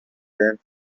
هند